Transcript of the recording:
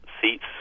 seats